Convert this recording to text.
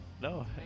No